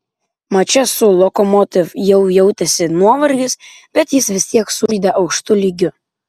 mače su lokomotiv jau jautėsi nuovargis bet jis vis tiek sužaidė aukštu lygiu